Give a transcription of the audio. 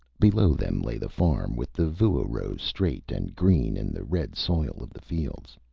below them lay the farm, with the vua rows straight and green in the red soil of the fields.